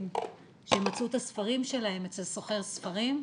הם מצאו את הספרים שלהם אצל סוחר ספרים.